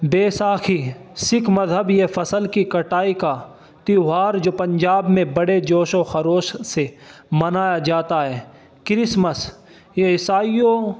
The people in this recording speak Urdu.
بیساکھی سکھ مذہب یا فصل کی کٹائی کا تیوہار جو پنجاب میں بڑے جوش و خروش سے منایا جاتا ہے کرسمس یہ عیسائیوں